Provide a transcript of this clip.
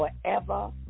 forever